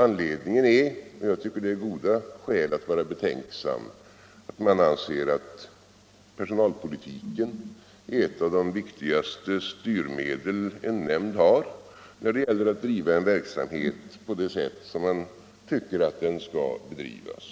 Anledningen är — och jag tycker att det är goda skäl att vara betänksam — att man anser att personalpolitiken är ett av de viktigaste styrmedlen en nämnd har när det gäller att driva en verksamhet på det sätt som man tycker är riktigt.